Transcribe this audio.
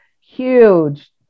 huge